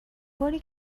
باری